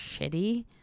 shitty